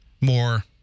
more